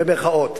במירכאות,